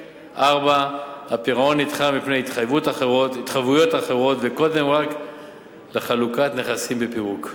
4. הפירעון נדחה מפני התחייבויות אחרות וקודם רק לחלוקת נכסים בפירוק.